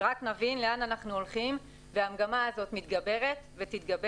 שרק נבין לאן אנחנו הולכים והמגמה הזאת מתגברת ותתגבר,